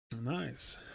Nice